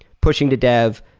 pushing to dev,